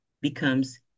becomes